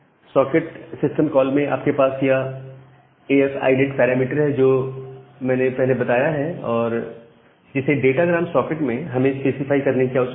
socket system call में आपके पास यह A F I net parameter है जो मैंने पहले बताया है और जिसे डाटा ग्राम सॉकेट में हमें स्पेसिफाई करने की आवश्यकता है